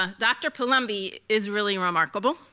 ah dr. palumbi is really remarkable.